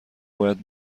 باید